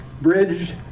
bridged